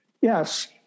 Yes